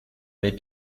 mes